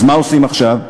אז מה עושים עכשיו?